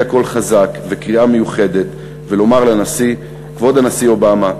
קול חזק וקריאה מיוחדת ולומר לנשיא: כבוד הנשיא אובמה,